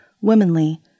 womanly